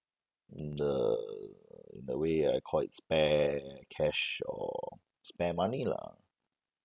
in the in a way I call it spare cash or spare money lah